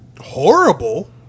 horrible